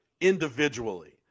individually